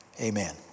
Amen